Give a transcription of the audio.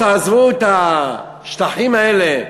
תעזבו את השטחים האלה,